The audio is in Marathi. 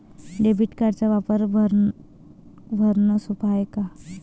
डेबिट कार्डचा वापर भरनं सोप हाय का?